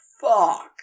fuck